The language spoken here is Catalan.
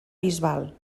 bisbal